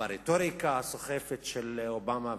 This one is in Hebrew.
ברטוריקה הסוחפת של אובמה,